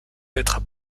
être